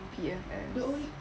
B_F_F